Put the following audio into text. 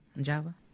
Java